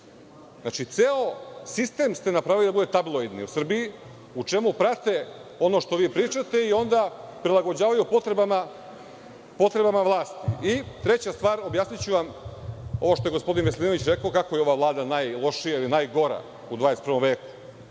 Vladi. Znači, ceo sistem ste napravili da budu tabloidni u Srbiji, u čemu prate ono što vi pričate i onda prilagođavaju potrebama vlasti. Treća stvar, objasniću vam ovo što je gospodin Veselinović rekao kako je ova vlada najlošija ili najgora u 21. veku.